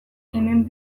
hemen